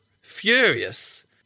furious